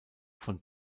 von